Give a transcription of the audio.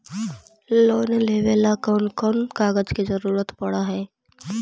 Loan लेबे ल कैन कौन कागज के जरुरत पड़ है?